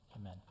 amen